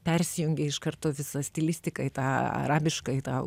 persijungia iš karto visa stilistika į tą arabišką į tą